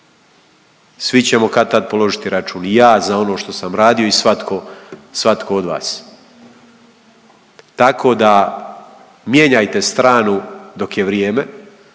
svi ćemo kad-tad položiti račun i ja za ono što sam radio i svatko, svatko od vas. Tako da mijenjajte stranu dok je vrijeme,